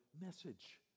message